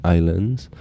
Islands